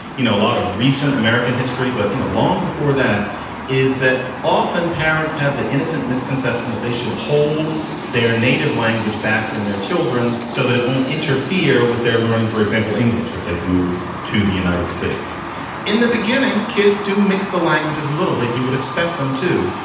you know, a lot of recent american history, but, you know, long before that is that often parents have the innocent misconception that they should hold their native language back from their children so that it won't interfere with their learning, for example, english. if they've moved to the united states in the beginning. kids do mix the languages a little bit. you would expect them to.